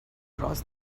cross